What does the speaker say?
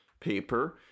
paper